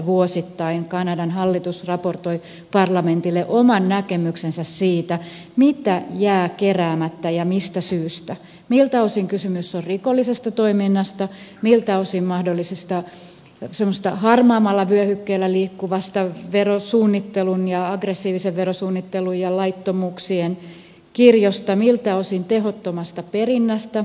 vuosittain kanadan hallitus raportoi parlamentille oman näkemyksensä siitä mitä jää keräämättä ja mistä syystä miltä osin kysymys on rikollisesta toiminnasta miltä osin mahdollisesta harmaammalla vyöhykkeellä liikkuvasta verosuunnittelun aggressiivisen verosuunnittelun ja laittomuuksien kirjosta miltä osin tehottomasta perinnästä